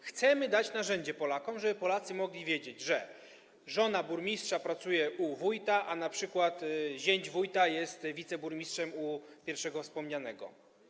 Chcemy dać narzędzie Polakom, żeby Polacy mogli wiedzieć, że żona burmistrza pracuje u wójta, a np. zięć wójta jest wiceburmistrzem u pierwszego wspomnianego.